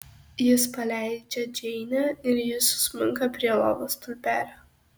jis paleidžia džeinę ir ji susmunka prie lovos stulpelio